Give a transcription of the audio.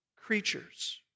creatures